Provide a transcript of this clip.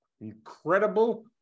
incredible